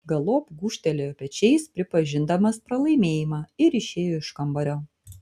galop gūžtelėjo pečiais pripažindamas pralaimėjimą ir išėjo iš kambario